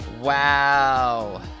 Wow